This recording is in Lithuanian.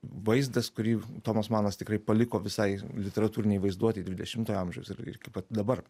vaizdas kurį tomas manas tikrai paliko visai literatūrinei vaizduotei dvidešimtojo amžiaus ir iki pat dabar